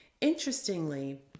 Interestingly